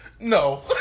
No